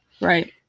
Right